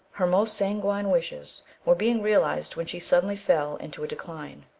her most sanguine wishes were being realized when she suddenly fell into a decline.